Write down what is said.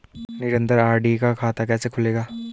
निरन्तर आर.डी का खाता कैसे खुलेगा?